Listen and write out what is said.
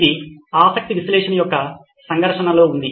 ఇది ఆసక్తి విశ్లేషణ యొక్క సంఘర్షణలో ఉంది